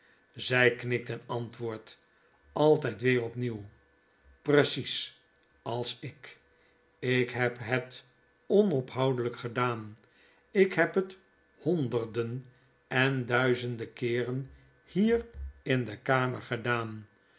zij knikt en antwoordt altijd weer opnieuw precies als ik ik heb het onophoudelijk fedaan ik heb het honderden en duizenden eeren hier in de kamer gedaan